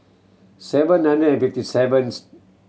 seven hundred and fifty seventh